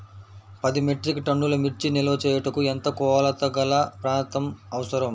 పది మెట్రిక్ టన్నుల మిర్చి నిల్వ చేయుటకు ఎంత కోలతగల ప్రాంతం అవసరం?